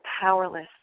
powerless